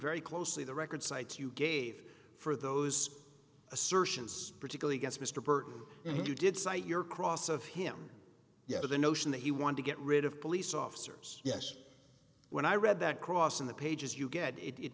very closely the record cites you gave for those assertions particularly guess mr burton and you did cite your cross of him yet to the notion that he wanted to get rid of police officers yes when i read that cross in the pages you get it it